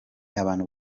abantu